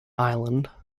island